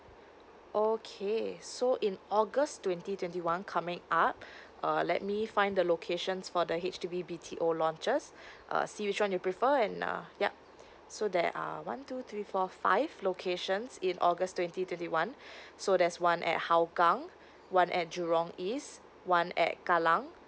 okay so in august twenty twenty one coming up err let me find the locations for the H_D_B B_T_O launches uh see which one you prefer and uh yup so there are one two three four five locations in august twenty twenty one so there's one at hougang one at jurong east one at kallang